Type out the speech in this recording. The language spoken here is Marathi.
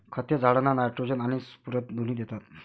खते झाडांना नायट्रोजन आणि स्फुरद दोन्ही देतात